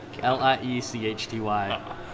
l-i-e-c-h-t-y